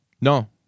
No